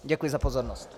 Děkuji za pozornost.